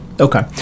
Okay